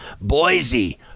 Boise